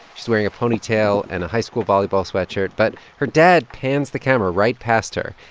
she's wearing a ponytail and a high school volleyball sweatshirt, but her dad pans the camera right past her.